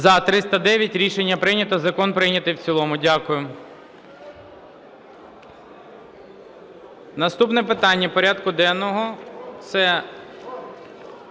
За-309 Рішення прийнято. Закон прийнятий в цілому. Дякую. Наступне питання порядку денного